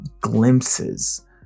glimpses